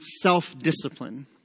self-discipline